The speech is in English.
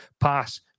pass